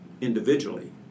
individually